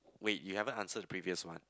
wait you haven't answer the previous one